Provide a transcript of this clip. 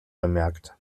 bemerkt